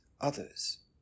others